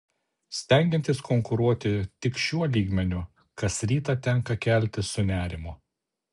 stengiantis konkuruoti tik šiuo lygmeniu kas rytą tenka keltis su nerimu